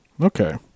Okay